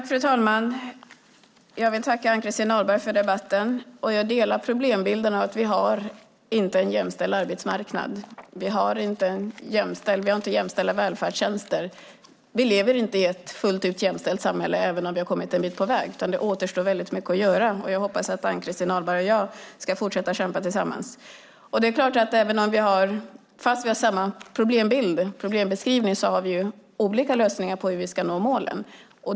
Fru talman! Jag vill tacka Ann-Christin Ahlberg för debatten, och jag delar beskrivningen av problembilden: Vi har inte en jämställd arbetsmarknad. Vi har inte jämställda välfärdstjänster. Vi lever inte i ett fullt ut jämställt samhälle även om vi har kommit en bit på väg, utan det återstår väldigt mycket att göra. Jag hoppas att Ann-Christin Ahlberg och jag ska fortsätta att kämpa tillsammans. Fast vi gör samma problembeskrivning har vi olika lösningar på hur vi ska nå målen.